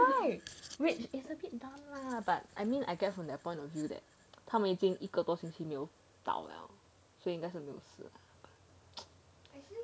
that's why which is a bit dumb lah but I mean I get from their point of view that 他们已经一个多星期没有倒了所以应该是没有事 lah